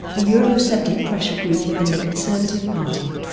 a eurosceptic pressure group within the conservative party.